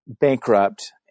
bankrupt